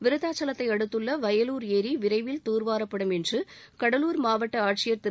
விருத்தாசலத்தை அடுத்தள்ள வயலூர் ஏரி விரைவில் தூர்வாரப்படும் என்று கடலூர் மாவட்ட ஆட்சியர் திரு